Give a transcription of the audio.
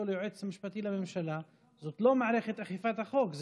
ליועץ משפטי לממשלה זאת לא מערכת אכיפת החוק,